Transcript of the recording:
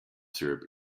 syrup